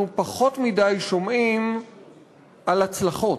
אבל אנחנו שומעים פחות מדי על הצלחות.